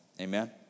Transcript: amen